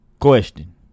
question